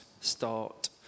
start